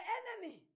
enemy